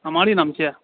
अमाड़ि नाम छियै